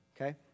Okay